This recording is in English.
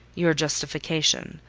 your justification.